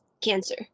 cancer